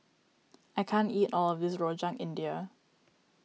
I can't eat all of this Rojak India